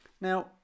Now